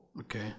okay